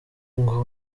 ngo